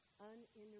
uninterrupted